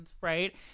right